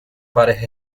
pares